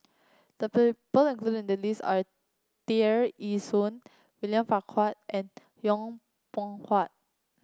the people included in the list are Tear Ee Soon William Farquhar and Yong Pung How